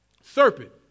Serpent